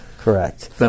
Correct